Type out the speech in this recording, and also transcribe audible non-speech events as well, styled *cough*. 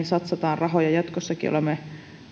*unintelligible* satsataan rahoja jatkossakin olemme